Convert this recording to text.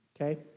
okay